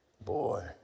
Boy